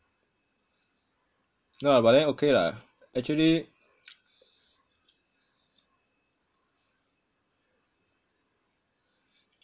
no lah but then okay lah actually